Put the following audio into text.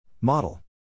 Model